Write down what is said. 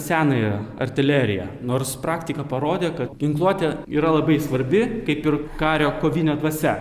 senąją artileriją nors praktika parodė kad ginkluotė yra labai svarbi kaip ir kario kovinė dvasia